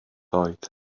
oed